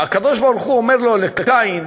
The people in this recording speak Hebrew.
שהקדוש-ברוך-הוא אומר לו לקין: